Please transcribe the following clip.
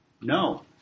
No